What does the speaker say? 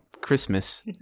Christmas